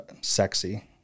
sexy